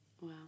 Wow